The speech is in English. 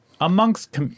amongst